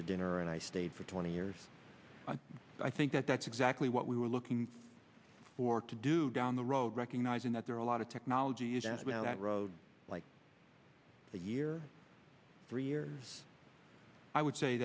to dinner and i stayed for twenty years and i think that that's exactly what we were looking for to do down the road recognizing that there are a lot of technologies as we have that road like a year three years i would say